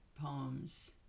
poems